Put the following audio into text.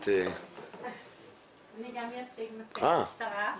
גם אני אציג מצגת קצרה.